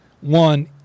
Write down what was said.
one